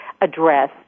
address